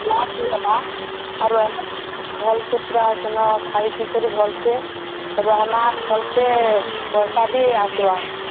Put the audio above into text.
ଆର୍ ରହେମା ଭଲ୍ସେ ପୁରା ଖାଇ ପିଇ କରି ଭଲ୍ସେ ରହେମା ଭଲ୍ସେ ପଇସା ବି ଆସ୍ବା